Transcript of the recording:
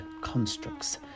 constructs